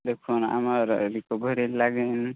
ଦେଖୁନ୍ ଆମର ରିକଭରୀ ଲାଗିନ